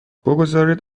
بگذارید